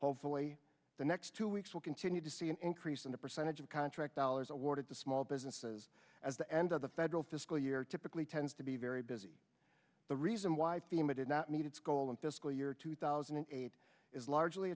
hopefully the next two weeks will continue to see an increase in the percentage of contract dollars awarded to small businesses as the end of the federal fiscal year typically tends to be very busy the reason why fema did not meet its goal in fiscal year two thousand and eight is largely